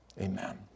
Amen